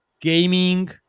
gaming